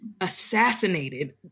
assassinated